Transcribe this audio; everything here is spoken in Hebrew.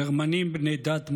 גרמנים בני דת משה,